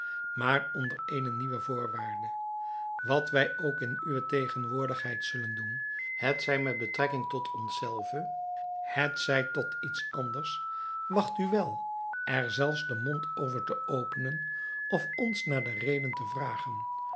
maar onder eene nieuwe voorwaarde wat wij ook in uwe tegenwoordigheid zullen doen hetzij met betrekking tot ons zelve hetzij tot iets anders wacht u wel er zelfs den mond over te openen of ons naar de reden te vragen